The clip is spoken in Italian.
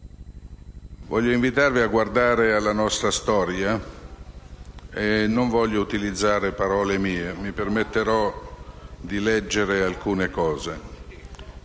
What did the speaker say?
Voglio invitarvi a guardare alla nostra storia e non voglio utilizzare parole mie, ma mi permetterò di leggere alcuni